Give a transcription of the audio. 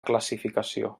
classificació